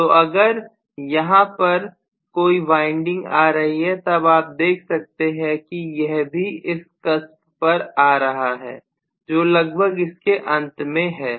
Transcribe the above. तो अगर यहां पर कोई वाइंडिंग आ रही है तब आप देख सकते हैं कि यह भी इस कस्प पर आ रहा है जो लगभग इसके अंत में है